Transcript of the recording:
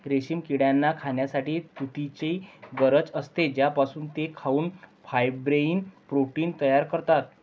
रेशीम किड्यांना खाण्यासाठी तुतीची गरज असते, ज्यापासून ते खाऊन फायब्रोइन प्रोटीन तयार करतात